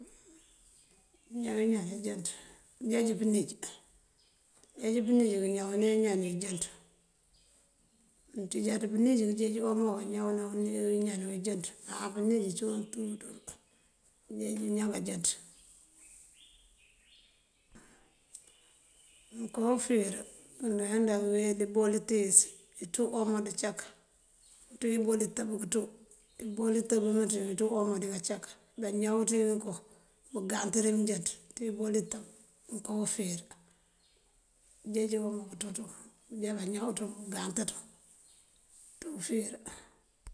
Pëñaw iñaan injënţ këënjeej pëníj, këënjeej pëníj këñawëne iñan ejënţ. Mëënţíjáaţ pëníj këënjeej omo pëñawëna iñan injënţ. Má pëníj cíwun ţú dël inje iñan bajënţ. mënko ufíir ande weli ibol itíis iţú omo dí cak kënţú ibol itëb kunţú. Ibol itëb imënţuyun, kënţú omo dí kácak bañaw ţël iko, bungant dí mëënjënţ dí ibol itëb mënko ufíir. Këënjeej omo kunţú ţël búujá bañaw ţun bungant ţun.